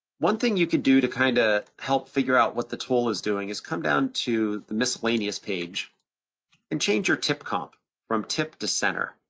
one thing you could do to kinda help figure out what the tool is doing is come down to the miscellaneous page and change your tip comp from tip to center.